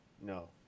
no